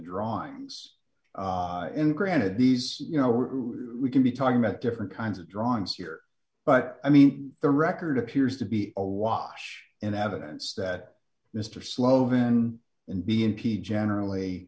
drawings in granite these you know we can be talking about different kinds of drawings here but i mean the record appears to be awash in evidence that mr slow then and b n p generally